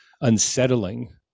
unsettling